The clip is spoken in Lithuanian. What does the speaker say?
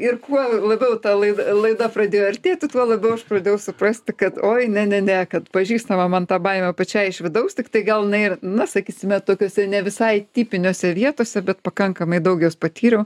ir kuo labiau ta lai laida pradėjo artėti tuo labiau aš pradėjau suprasti kad oi ne ne ne kad pažįstama man ta baimė pačiai iš vidaus tiktai gal jinai ir na sakysime tokiose ne visai tipiniose vietose bet pakankamai daug jos patyriau